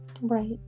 Right